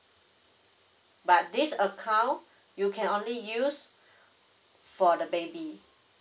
but this account you can only use for the baby